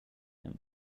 him